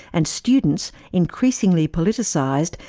and students, increasingly politicised,